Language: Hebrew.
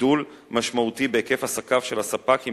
לגידול משמעותי בהיקף עסקיו של הספק עם